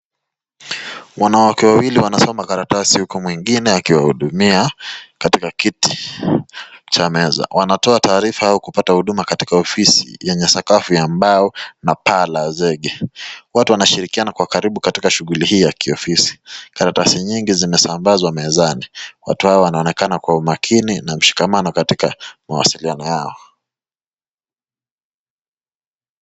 Wanawake wawili wanasoma karatasi uku mwingine akiwahudumia katika kiti cha meza. Wanatoa taarifa au kupata huduma katika ofisi yenye sakafu ya mbao na paa la zege. Watu wanashirikiana kwa karibu katika shughuli hii ya kiofisi. Karatasi nyingi zinasabazwa mezani. Watu hawa wanaonekana kwa umakini na mshikamano katika mawasiliano yao.